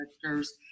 Directors